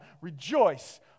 rejoice